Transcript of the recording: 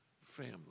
family